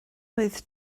oedd